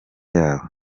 yabo